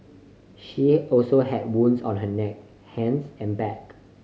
she also had wounds on her neck hands and back